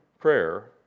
prayer